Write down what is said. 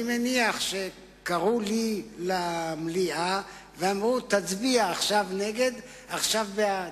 אני מניח שקראו לי למליאה ואמרו: תצביע עכשיו נגד ועכשיו בעד,